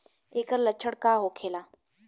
ऐकर लक्षण का होखेला?